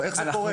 איך זה קורה?